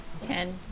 Ten